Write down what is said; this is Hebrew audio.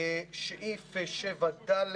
סעיף 7(ד)